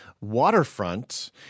waterfront